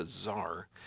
bizarre